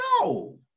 No